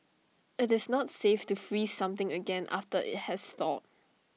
IT is not safe to freeze something again after IT has thawed